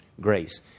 grace